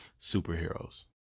superheroes